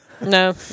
No